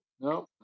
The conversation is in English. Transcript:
No